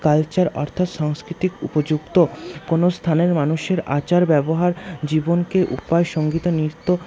culture অর্থাৎ সাংস্কৃতিক উপযুক্ত কোন স্থানের মানুষের আচার ব্যবহার জীবনকে উপায় সঙ্গীত নৃত্য